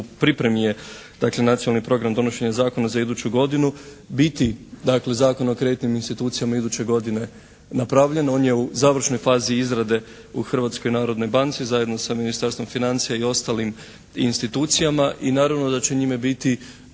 pripremi je dakle nacionalni program donošenja zakona za iduću godinu biti dakle Zakon o kreditnim institucijama iduće godine napravljen. On je u završnoj fazi izrade u Hrvatskoj narodnoj banci zajedno sa Ministarstvom financija i ostalim institucijama i naravno da će njime biti